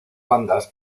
bandas